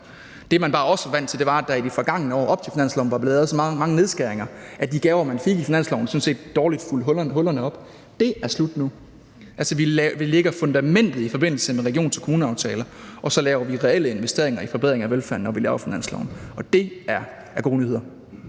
så bare også været vant til, at der i de forgangne år op til finanslovene blev lavet så mange nedskæringer, at de gaver, man fik i finansloven, sådan set dårligt fyldte hullerne op. Det er slut nu. Vi lægger nu fundamentet i forbindelse med regions- og kommuneaftalerne, og så laver vi reelle investeringer i forbedring af velfærden, når vi laver finanslovene. Det er gode nyheder.